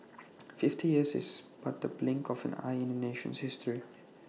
fifty years is but the blink of an eye in A nation's history